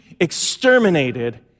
exterminated